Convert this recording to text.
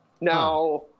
now